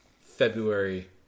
February